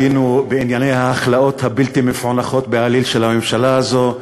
היינו בענייני ההכלאות הבלתי-מפוענחות בעליל של הממשלה הזו,